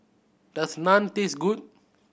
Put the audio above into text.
does Naan taste good